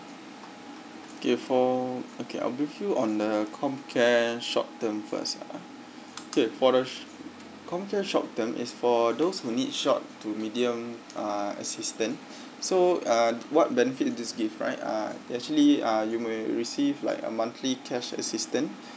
okay for okay I'll brief you on the comm care short term first ah okay for the comm care short term is for those who need short to medium uh assistant so uh what benefit this give right uh actually uh you may receive like a monthly cash assistance